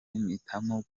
mpitamo